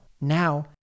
now